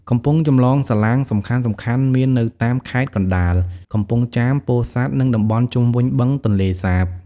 កំពង់ចម្លងសាឡាងសំខាន់ៗមាននៅតាមខេត្តកណ្ដាល កំពង់ចាម ពោធិ៍សាត់ និងតំបន់ជុំវិញបឹងទន្លេសាប។